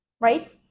right